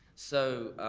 so